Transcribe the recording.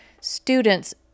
students